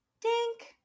Dink